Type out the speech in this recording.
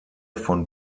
von